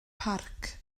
parc